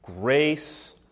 Grace